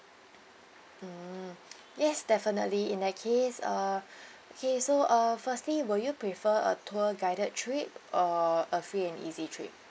mm yes definitely in that case uh okay so uh firstly will you prefer a tour guided trip or a free and easy trip